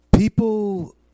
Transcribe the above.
People